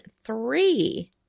three